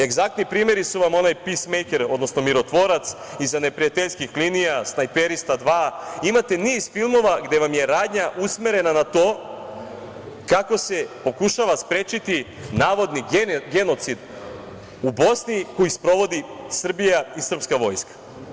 Egzaktni primeri su vam onaj „Peacemaker“, odnosno „Mirotvorac“, „Iza neprijateljskih linija“, „Snajperista dva“, imate niz filmova gde vam je radnja usmerena na to kako se pokušava sprečiti navodni genocid u Bosni koji sprovodi Srbija i srpska vojska.